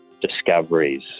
discoveries